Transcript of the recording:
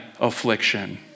affliction